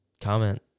comment